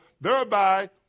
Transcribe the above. thereby